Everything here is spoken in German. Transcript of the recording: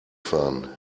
fahren